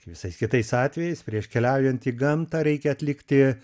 visais kitais atvejais prieš keliaujant į gamtą reikia atlikti